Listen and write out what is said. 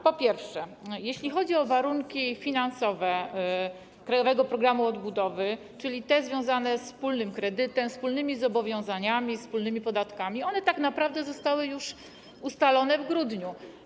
Po pierwsze, jeśli chodzi o warunki finansowe krajowego programu odbudowy, czyli te związane ze wspólnym kredytem, wspólnymi zobowiązaniami, wspólnymi podatkami, one tak naprawdę zostały już ustalone w grudniu.